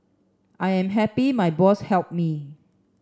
I am happy my boss helped me